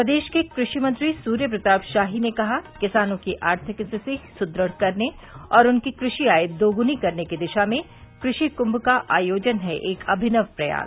प्रदेश के कृषि मंत्री सूर्य प्रताप शाही ने कहा किसानों की आर्थिक स्थिति सुदृढ़ करने एवं उनकी कृषि आय दोगुनी करने की दिशा में कृषि कुम्भ का आयोजन है एक अभिनव प्रयास